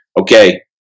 Okay